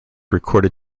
recorded